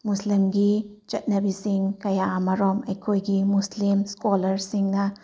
ꯃꯨꯁꯂꯤꯝꯒꯤ ꯆꯠꯅꯕꯤꯁꯤꯡ ꯀꯌꯥ ꯑꯃꯔꯣꯝ ꯑꯩꯈꯣꯏꯒꯤ ꯃꯨꯁꯂꯤꯝ ꯁ꯭ꯀꯣꯂ꯭ꯔꯁꯤꯡꯅ